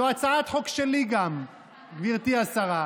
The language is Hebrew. זאת גם הצעת חוק שלי, גברתי השרה.